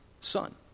son